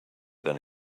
than